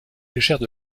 légères